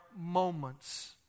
moments